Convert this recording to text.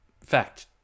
fact